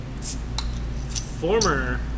Former